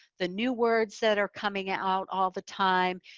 the new words that are coming out all the time.